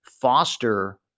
foster